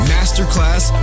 Masterclass